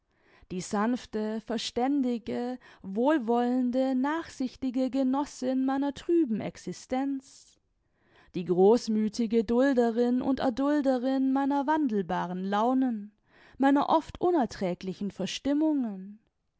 die sanfte verständige wohlwollende nachsichtige genossin meiner trüben existenz die großmüthige dulderin und erdulderin meiner wandelbaren launen meiner oft unerträglichen verstimmungen